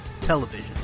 television